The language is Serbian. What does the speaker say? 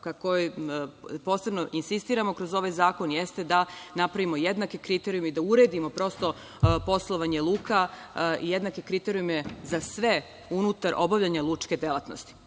kojoj posebno insistiramo kroz ovaj zakon jeste da napravimo jednake kriterijume i da uredimo poslovanje luka i jednake kriterijume za sve unutar obavljanja lučke delatnosti. Ono